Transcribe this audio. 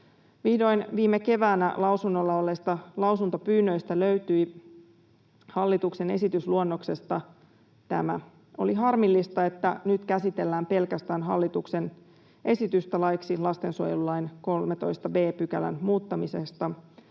viime keväänä lausunnoilla olleesta hallituksen esitysluonnoksesta tämä löytyi. Oli harmillista, että nyt käsitellään pelkästään hallituksen esitystä laiksi lastensuojelulain 13 b §:n muuttamisesta